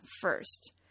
first